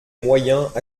moyens